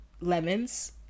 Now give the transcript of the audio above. lemons